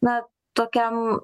na tokiam